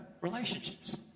relationships